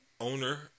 owner